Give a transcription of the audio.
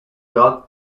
god